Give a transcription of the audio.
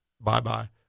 bye-bye